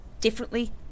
differently